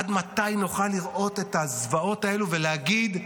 עד מתי, נוכל לראות את הזוועות האלה ולהגיד: